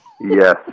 Yes